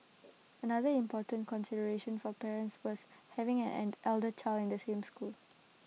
another important consideration for parents was having an an elder child in the same school